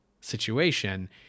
situation